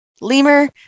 lemur